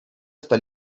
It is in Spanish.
está